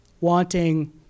wanting